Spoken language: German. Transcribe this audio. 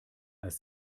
als